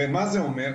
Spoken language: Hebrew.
מה זה אומר,